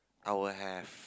I will have